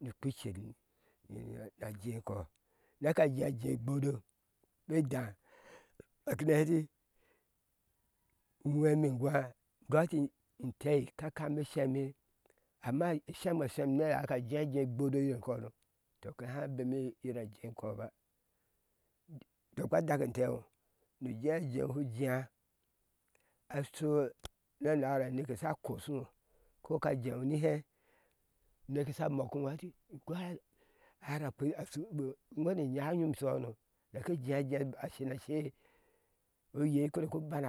ni ukpi ce nii a jei inkɔ neka jejee egbodo be dáá a kiina he ati uwhɛme engwa gɔi ati intei kane nieshmihe amma sheme shem ni jea jee egbodo yome kɔno tɔ ke haŋebemi yie ira jei ikɔba udokpa a dak entee ŋo nuje aje ŋo shu jea a shu na hɛɛ uneke ye sha moki iŋo ate gɔa ara akpe ashu unu uwhɛne enyayom ishohono oyei ko ban